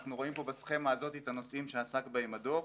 אנחנו רואים פה בסכמה הזאת את הנושאים שעסק בהם הדוח,